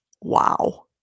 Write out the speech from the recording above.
wow